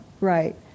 Right